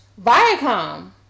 Viacom